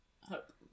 hope